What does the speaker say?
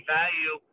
value